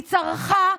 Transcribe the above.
היא צרחה,